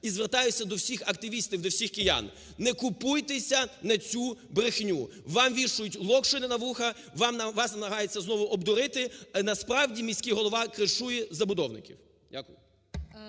І звертаюсь до всіх активістів, до всіх киян. Не купуйтесь на цю брехню. Вам вішають локшину на вуха, вас намагаються знову обдурити. Насправді міський голова кришує забудовників!